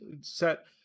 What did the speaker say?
set